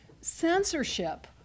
Censorship